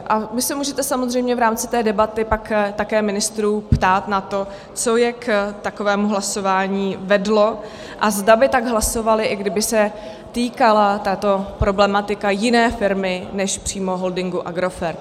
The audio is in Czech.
A vy se můžete samozřejmě v rámci té debaty pak také ministrů ptát na to, co je k takovému hlasování vedlo a zda by tak hlasovali, i kdyby se týkala tato problematika jiné firmy než přímo holdingu Agrofert.